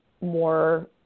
more